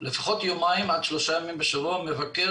לפחות יומיים עד שלושה ימים בשבוע מבקר